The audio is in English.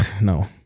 no